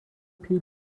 پیل